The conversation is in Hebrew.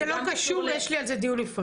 זה לא קשור, יש לי על זה דיון נפרד.